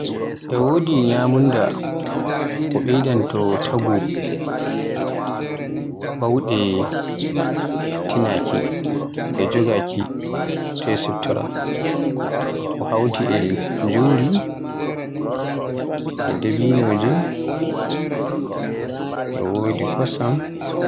E wodi ñyamunda ko ɓeydanto taagu bawɗe tinaaki joɗaaki e siftoroyaaki. Ko hawti e juri, e debinoje, e wodi kosam.